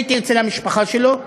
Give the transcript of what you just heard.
הייתי אצל המשפחה שלו,